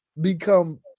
become